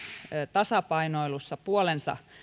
tasapainoilussa puolensa